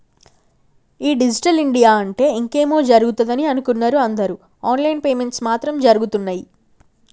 ఈ digital India అంటే ఇంకేమో జరుగుతదని అనుకున్నరు అందరు ఆన్ లైన్ పేమెంట్స్ మాత్రం జరగుతున్నయ్యి